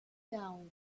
down